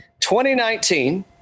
2019